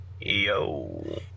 Yo